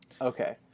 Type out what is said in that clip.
okay